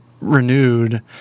renewed